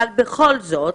אבל בכל זאת,